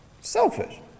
selfish